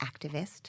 activist